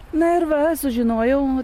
na ir va sužinojau